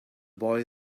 boy